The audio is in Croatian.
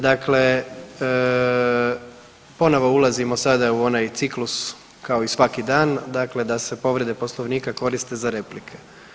Dakle, ponovo ulazimo sada u onaj ciklus kao i svaki dan, dakle da se povrede Poslovnika koriste za replike.